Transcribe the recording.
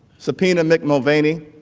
subpoena mick mulvaney.